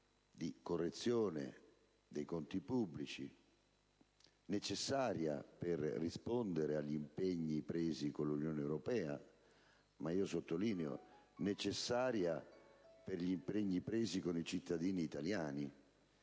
di correzione dei conti pubblici, necessaria per rispondere agli impegni presi con l'Unione europea. Io sottolineo, necessaria per gli impegni presi con i cittadini italiani: